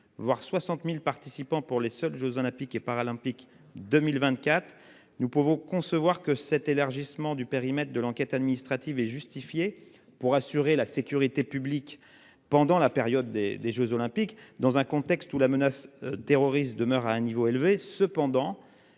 voire 60.000 participants pour les seuls jeux olympiques et paralympiques 2024 nous pouvons concevoir que cet élargissement du périmètre de l'enquête administrative est justifiée pour assurer la sécurité publique pendant la période des des Jeux olympiques dans un contexte où la menace terroriste demeure à un niveau élevé. Cependant,